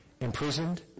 imprisoned